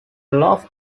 loaf